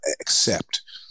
Accept